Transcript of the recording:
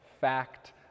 fact